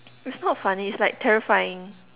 it's not funny it's like terrifying